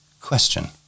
Question